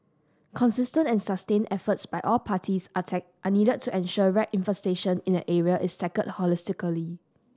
consistent and sustained efforts by all parties are are needed to ensure rat infestation in an area is tackled holistically